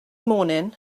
morning